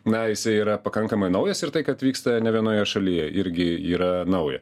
na jisai yra pakankamai naujas ir tai kad vyksta ne vienoje šalyje irgi yra nauja